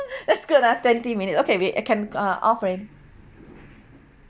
that's good lah twenty minute okay we can uh off already